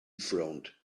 frowned